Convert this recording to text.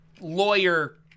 lawyer